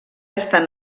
estant